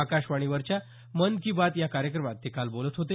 आकाशवाणीवरच्या मन की बात या कार्यक्रमात ते बोलत होते